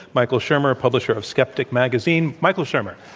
michael shermer, publisher of skeptic magazine. michael shermer.